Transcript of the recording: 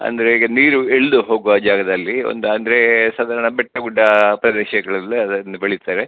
ಅಂದರೆ ಈಗ ನೀರು ಇಳಿದು ಹೋಗುವ ಜಾಗದಲ್ಲಿ ಒಂದು ಅಂದರೆ ಸಾಧಾರಣ ಬೆಟ್ಟ ಗುಡ್ಡ ಪ್ರದೇಶಗಳಲ್ಲಿ ಅದನ್ನು ಬೆಳಿತಾರೆ